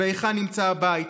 והיכן נמצא הבית,